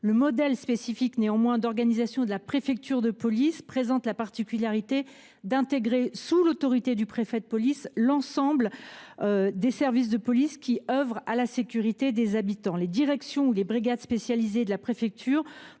le modèle spécifique d’organisation de la préfecture de police présente la particularité d’intégrer, sous l’autorité du préfet de police, l’ensemble des services de police qui œuvrent à la sécurité des habitants. Les directions ou les brigades spécialisées de la préfecture